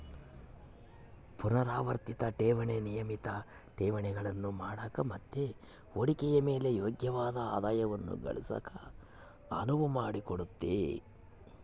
ಪುನರಾವರ್ತಿತ ಠೇವಣಿ ನಿಯಮಿತ ಠೇವಣಿಗಳನ್ನು ಮಾಡಕ ಮತ್ತೆ ಹೂಡಿಕೆಯ ಮೇಲೆ ಯೋಗ್ಯವಾದ ಆದಾಯವನ್ನ ಗಳಿಸಕ ಅನುವು ಮಾಡಿಕೊಡುತ್ತೆ